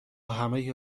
همه